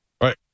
Right